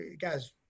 guys